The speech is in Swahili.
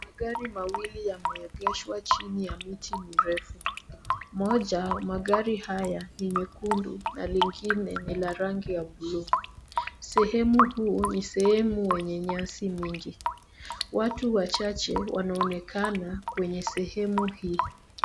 Magari mawili yameegeshwa jini ya miti mrefu, moja wa magari haya ni nyekundu na lingine ni la rangi ya bluu, sehemu huo ni sehemu enye nyasi mingi, watu wachache wanaonekana kwenye sehemu hii.